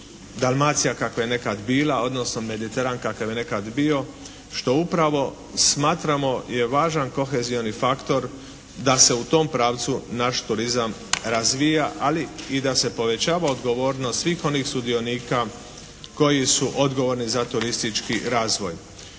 Dalmacija kakva je nekad bila odnosno Mediteran kakav je nekad bio što upravo smatramo je važan kohezioni faktor da se u tom pravcu naš turizam razvija ali i da se povećava odgovornost svih onih sudionika koji su odgovorni za turistički razvoj.